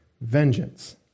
vengeance